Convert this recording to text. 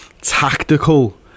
tactical